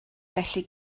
felly